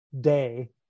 day